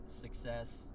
success